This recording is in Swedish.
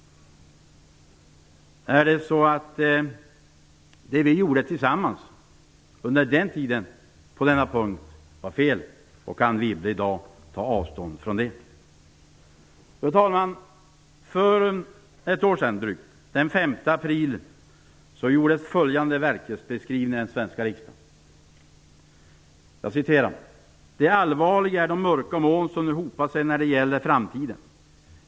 Var det vi gjorde tillsammans på den punkten fel och något som Anne Wibble i dag tar avstånd från? Fru talman! För drygt ett år sedan, den 5 april 1995, gjordes följande verklighetsbeskrivning i den svenska riksdagen: "Men det allvarliga är de mörka molnen som nu hopar sig när det gäller framtiden.